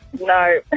No